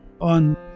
on